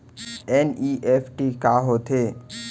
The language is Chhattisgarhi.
एन.ई.एफ.टी का होथे?